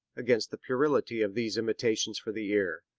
against the puerility of these imitations for the ear.